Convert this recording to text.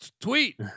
tweet